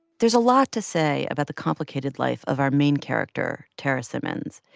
there's a lot to say about the complicated life of our main character, tarra simmons.